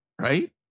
right